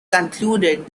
concluded